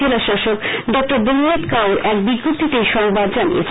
জেলাশাসক ড ব্রাহ্মিত কাউর এক বিজ্ঞপ্তিতে এই সংবাদ জানিয়েছেন